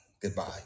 goodbye